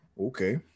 okay